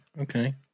Okay